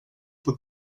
for